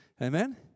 Amen